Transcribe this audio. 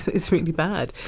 it's really bad.